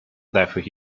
therefore